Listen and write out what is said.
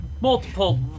multiple